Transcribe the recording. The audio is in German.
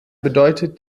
bedeutet